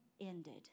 ended